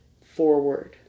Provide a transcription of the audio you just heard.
forward